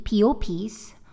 POPs